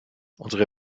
unsere